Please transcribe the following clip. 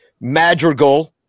Madrigal